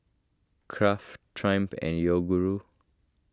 Kraft Triumph and Yoguru